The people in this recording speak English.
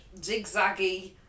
zigzaggy